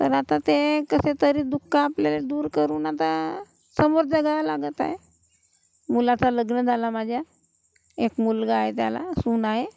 तर आता ते कसेतरी दुःख आपल्याला दूर करून आता समोर जगावं लागत आहे मुलाचं लग्न झालं माझ्या एक मुलगा आहे त्याला सून आहे